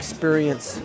Experience